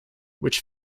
which